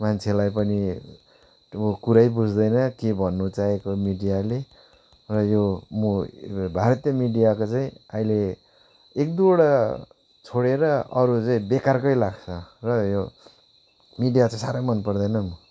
मान्छेलाई पनि कुरै बुझ्दैन के भन्नु चाहेको मिडियाले अन्त यो म यो भारतीय मिडियाको चाहिँ अहिले एक दुईवटा छोडेर अरू चाहिँ बेकारकै लाग्छ र यो मिडिया चाहिँ साह्रै मनपर्दैन म